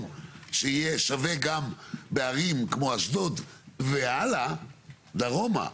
שיהיה שווה גם בערים כמו אשדוד והלאה דרומה,